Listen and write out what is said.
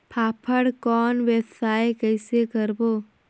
फाफण कौन व्यवसाय कइसे करबो?